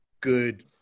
good